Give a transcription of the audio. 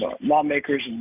lawmakers